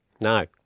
No